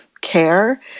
care